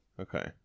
Okay